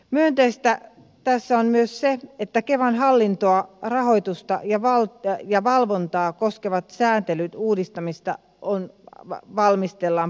myönteistä tässä on myös se että kevan hallintoa rahoitusta ja valvontaa koskevan sääntelyn uudistamista valmistellaan parastaikaa